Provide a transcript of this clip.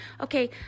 okay